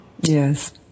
Yes